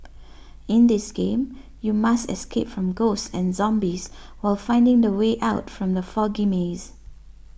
in this game you must escape from ghosts and zombies while finding the way out from the foggy maze